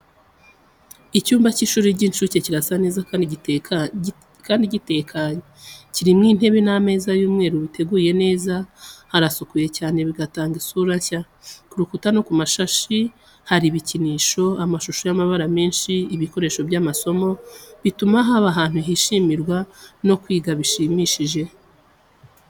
Icyumba cy'ishuri ry’inshuke kirasa neza kandi gitekanye, kirimo intebe n’ameza y’umweru biteguye neza. Harasukuye cyane, bigatanga isura nshya. Ku rukuta no ku mashashi harimo ibikinisho, amashusho y’amabara menshi n’ibikoresho by’amasomo, bituma haba ahantu hishimirwa no kwiga bishimishije.